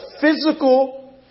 physical